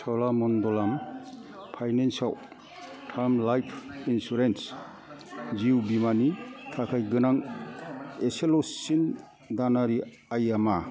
च'लामन्डलाम फाइनान्सआव term life insurance जिउ बीमानि थाखाय गोनां इसेल'सिन दानारि आइया मा